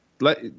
let